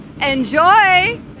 Enjoy